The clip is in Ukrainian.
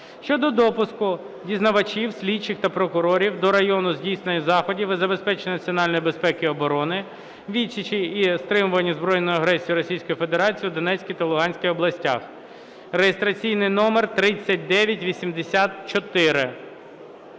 щодо допуску дізнавачів, слідчих та прокурорів до району здійснення заходів і забезпечення національної безпеки і оборони, відсічі і стримування збройної агресії Російської Федерації у Донецькій та Луганській областях (реєстраційний номер 3984).